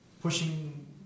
pushing